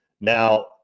Now